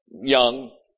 Young